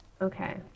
Okay